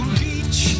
beach